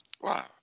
Wow